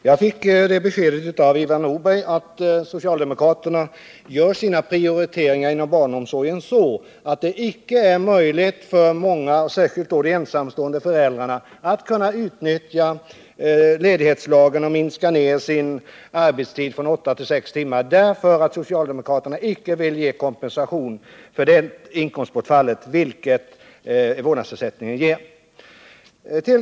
Herr talman! Av Ivar Nordberg fick jag beskedet att socialdemokraterna gör sina prioriteringar inom barnomsorgen så att det icke är möjligt för många, särskilt de ensamstående föräldrarna, att utnyttja ledighetslagen och minska sin arbetstid från åtta till sex timmar; socialdemokraterna vill icke ge kompensation för det inkomstbortfallet, vilket vårdnadsersättningen ger.